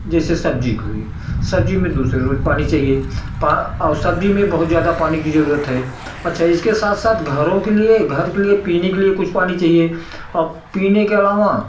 जैसे सब्ज़ी हो गई सब्ज़ी में दूसरे रोज़ पानी चाहिए पानी और सब्ज़ी में बहुत ज़्यादा पानी की ज़रूरत है अच्छा इसके साथ साथ घरों के लिए घर के लिए पानी के लिए कुछ पानी चाहिए और पीने के अलावा